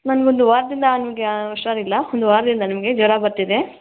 ನನ್ಗೆ ಒಂದು ವಾರದಿಂದ ನನಗೆ ಹುಷಾರಿಲ್ಲ ಒಂದು ವಾರದಿಂದ ನನಗೆ ಜ್ವರ ಬರ್ತಿದೆ